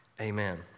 amen